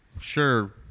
sure